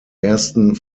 ersten